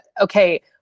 okay